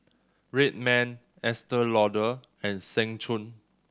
Red Man Estee Lauder and Seng Choon